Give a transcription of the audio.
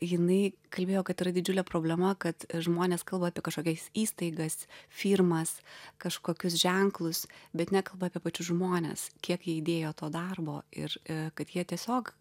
jinai kalbėjo kad yra didžiulė problema kad žmonės kalba apie kažkokias įstaigas firmas kažkokius ženklus bet nekalba apie pačius žmones kiek jie įdėjo to darbo ir kad jie tiesiog